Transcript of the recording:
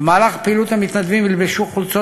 במהלך הפעילות המתנדבים ילבשו חולצות